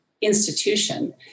institution